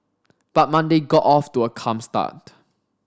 but Monday got off to a calm start